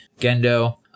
Gendo